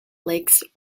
lakes